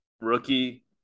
Rookie